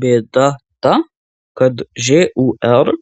bėda ta kad žūr